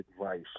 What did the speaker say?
advice